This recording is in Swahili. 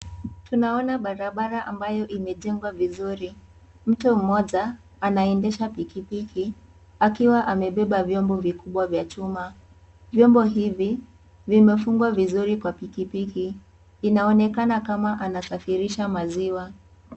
Tunaona barabara ambayo imejengwa vizuri ,mtu mmoja anaendesha pikipiki akiwa amebeba vyombo vikubwa vya chuma. Vyombo hivi vimefungwa vizuri Kwa pikipiki, inaonekana kama anasafirisha maziwa.